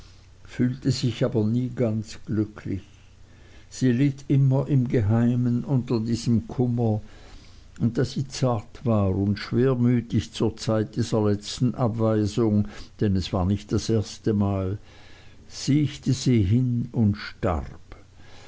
fühlte sich aber nie ganz glücklich sie litt immer im geheimen unter diesem kummer und da sie zart war und schwermütig zur zeit dieser letzten abweisung denn es war nicht das erste mal siechte sie hin und starb